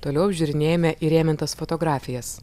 toliau žiūrinėjame įrėmintas fotografijas